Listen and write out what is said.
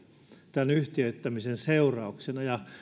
tämän yhtiöittämisen seurauksena ja